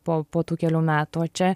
po po tų kelių metų o čia